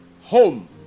Home